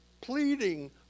pleading